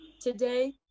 Today